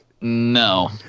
No